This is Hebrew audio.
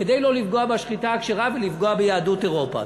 כדי לא לפגוע בשחיטה הכשרה ולפגוע ביהדות אירופה.